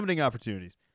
opportunities